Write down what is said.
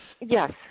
Yes